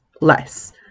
less